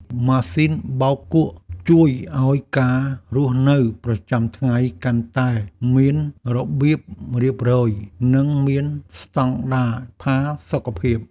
ម៉ាស៊ីនបោកគក់ជួយឱ្យការរស់នៅប្រចាំថ្ងៃកាន់តែមានរបៀបរៀបរយ និងមានស្តង់ដារផាសុកភាព។